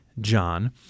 John